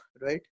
right